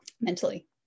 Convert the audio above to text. mentally